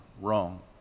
wrong